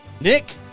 Nick